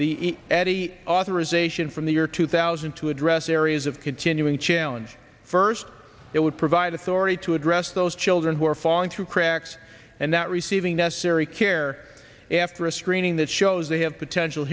the eddie authorization from the year two thousand to address areas of continuing challenge first it would provide authority to address those children who are falling through cracks and that receiving necessary care after a screening that shows they have potential